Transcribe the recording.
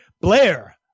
Blair